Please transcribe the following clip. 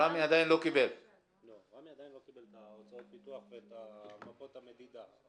את הוצאות הפיתוח ואת מפות המדידה.